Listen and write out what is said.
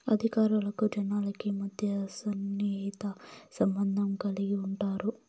అధికారులకు జనాలకి మధ్య సన్నిహిత సంబంధం కలిగి ఉంటారు